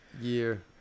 year